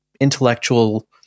intellectual